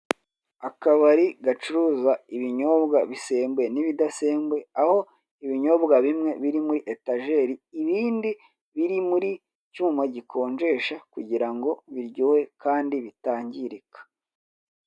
Akabari gacuruza ibinyobwa bisembuye n'ibidasembuye, aho ibinyobwa bimwe biri muri etageri ibindi biri muri icyuma gikonjesha kugira ngo biryohe kandi bitangirika.